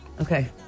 Okay